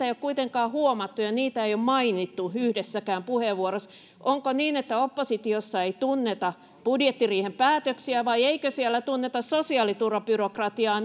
ei ole kuitenkaan huomattu ja niitä ei ole mainittu yhdessäkään puheenvuorossa onko niin että oppositiossa ei tunneta budjettiriihen päätöksiä vai eikö siellä tunneta sosiaaliturvabyrokratiaa